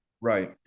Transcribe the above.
right